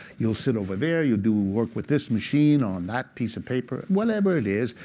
you'll sit over there. you'll do work with this machine on that piece of paper. whatever it is.